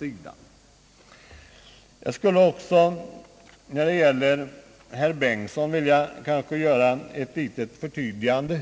Med anledning av herr Bengtsons anförande vill jag också göra ett litet förtydligande.